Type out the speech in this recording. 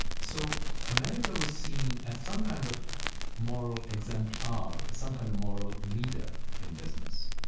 so america was seen as some kind of moral exemplar, as some kind of moral leader in business.